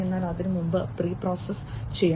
എന്നാൽ അതിനുമുമ്പ് അത് പ്രീ പ്രോസസ്സ് ചെയ്യണം